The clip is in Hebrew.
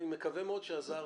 אני מקווה מאוד שעזרתי.